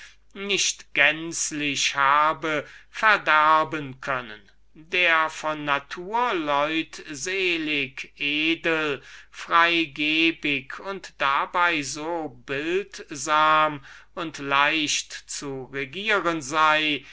nicht habe verderben können der von natur leutselig edel freigebig und dabei so bildsam und leicht zu regieren